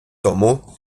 тому